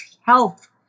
health